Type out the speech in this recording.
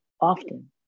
often